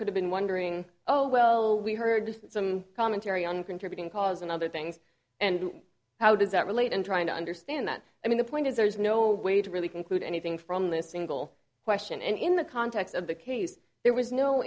could have been wondering oh well we heard some commentary on contributing cause and other things and how does that relate and trying to understand that i mean the point is there is no way to really conclude anything from this single question and in the context of the case there was no